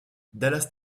dallas